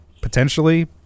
potentially